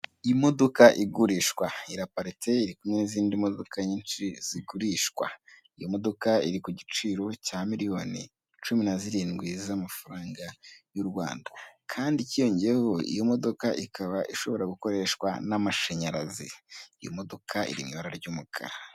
Imodoka igurishwa, iraparitse iri kumwe n'inzindi modoka nyinshi zigurishwa, iyo modoka iri kugiciro cya miriyoni cumi na zirindwi z'amafaranga y'u Rwanda. Kandi ikiyongereyeho, iyo modoka ishobora gukoreshwa n'amasharazi .Iyo modoka iri mu ibara ry'umukara.